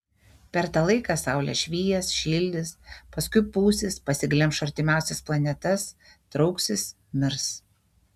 per tą laiką saulė švies šildys paskui pūsis pasiglemš artimiausias planetas trauksis mirs